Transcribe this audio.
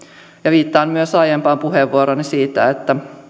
viittaan myös aiempaan puheenvuorooni siitä että tässä